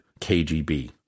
KGB